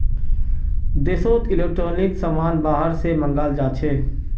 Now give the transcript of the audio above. देशोत इलेक्ट्रॉनिक समान बाहर से मँगाल जाछे